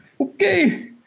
Okay